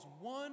one